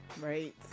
right